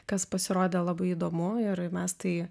kas pasirodė labai įdomu ir mes tai